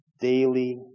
daily